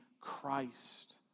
Christ